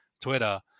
Twitter